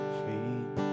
feet